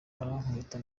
arankubita